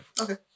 Okay